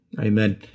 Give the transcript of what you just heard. Amen